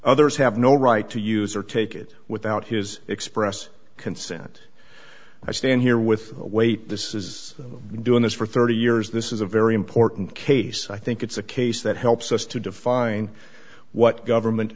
others have no right to use or take it without his express consent i stand here with wait this is them doing this for thirty years this is a very important case i think it's a case that helps us to define what government